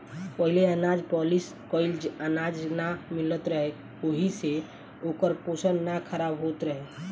पहिले अनाज पॉलिश कइल अनाज ना मिलत रहे ओहि से ओकर पोषण ना खराब होत रहे